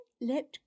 let